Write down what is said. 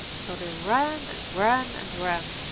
so they ran and ran and ran.